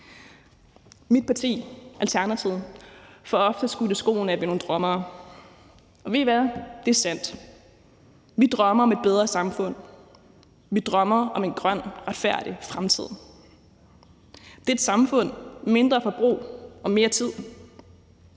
Mit parti, Alternativet, får ofte skudt i skoene, at vi er nogle drømmere, og ved I hvad? Det er sandt. Vi drømmer om et bedre samfund. Vi drømmer om en grøn retfærdig fremtid. Det er et samfund med mindre forbrug og mere tid,